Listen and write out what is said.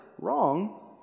wrong